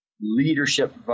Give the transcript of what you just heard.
leadership